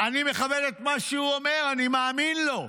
אני מכבד את מה שהוא אומר, אני מאמין לו.